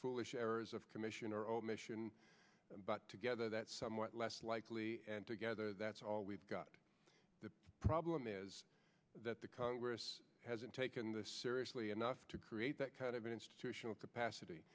foolish errors of commission or omission but together that's somewhat less likely and together that's all we've got the problem is that the congress hasn't taken this seriously enough to create that kind of institutional capacity